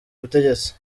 butegetsi